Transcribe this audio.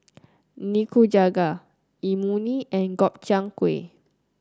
Nikujaga Imoni and Gobchang Gui